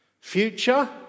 Future